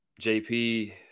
JP